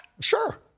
Sure